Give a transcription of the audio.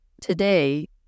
Today